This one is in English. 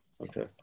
okay